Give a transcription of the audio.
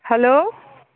hello